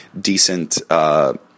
decent